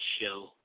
show